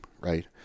right